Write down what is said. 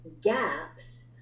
gaps